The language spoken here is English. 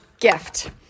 gift